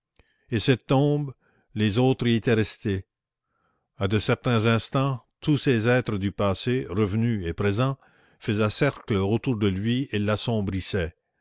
et cette tombe les autres y étaient restés à de certains instants tous ces êtres du passé revenus et présents faisaient cercle autour de lui